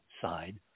side